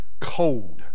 cold